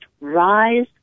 rise